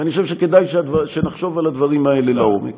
ואני חושב שכדאי שנחשוב על הדברים האלה לעומק.